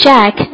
Jack